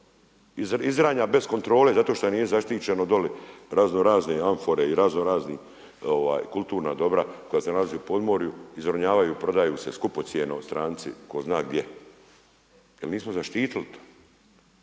izranja bez kontrole zato što nije zaštićeno dolje, raznorazne amfore i raznorazni ovaj, kulturna dobra koja se nalaze u podmorju, izranjavaju i prodaju se skupocjeno stranci tko zna gdje. Jer nismo zaštitili to,